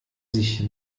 sich